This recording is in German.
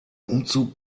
umzug